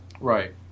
right